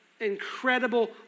incredible